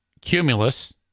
cumulus